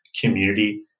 community